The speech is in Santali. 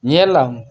ᱧᱮᱞᱟᱢ